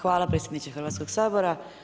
Hvala predsjedniče Hrvatskoga sabora.